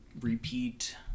repeat